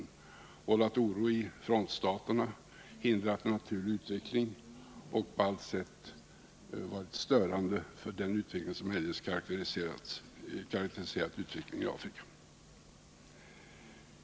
De har vållat oro i frontstaterna, hindrat en naturlig utveckling och på allt sätt varit störande för det som eljest karakteriserat utvecklingen i Afrika.